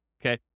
okay